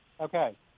Okay